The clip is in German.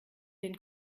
den